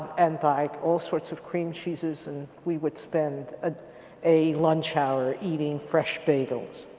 and buy all sorts of cream cheeses and we would spend ah a lunch hour eating fresh bagels.